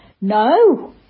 No